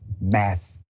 mass